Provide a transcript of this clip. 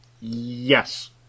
Yes